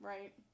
Right